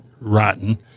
rotten